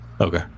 Okay